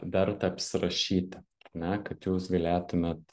verta apsirašyti ne kad jūs galėtumėt